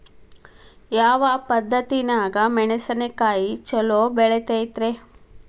ಯಾವ ಪದ್ಧತಿನ್ಯಾಗ ಮೆಣಿಸಿನಕಾಯಿ ಛಲೋ ಬೆಳಿತೈತ್ರೇ?